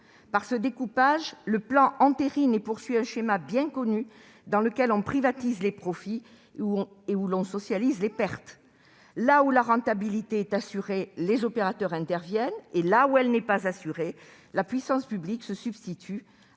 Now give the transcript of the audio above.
Par ce découpage, le plan entérine et poursuit un schéma bien connu, dans lequel on privatise les profits et socialise les pertes. Là où la rentabilité est assurée, les opérateurs interviennent et, là où ce n'est pas le cas, la puissance publique se substitue